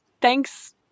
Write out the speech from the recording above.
thanks